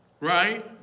right